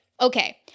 okay